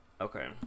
Okay